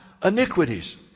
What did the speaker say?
iniquities